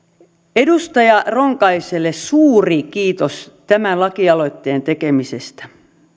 edustaja ronkaiselle suuri kiitos tämän lakialoitteen tekemisestä